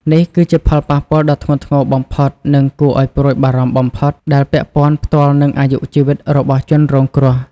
នេះគឺជាផលប៉ះពាល់ដ៏ធ្ងន់ធ្ងរបំផុត និងគួរឲ្យព្រួយបារម្ភបំផុត ដែលពាក់ព័ន្ធផ្ទាល់នឹងអាយុជីវិតរបស់ជនរងគ្រោះ។